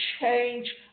change